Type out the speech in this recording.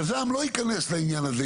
יזם לא ייכנס לעניין הזה,